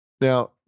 Now